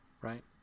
right